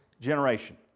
generation